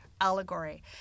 allegory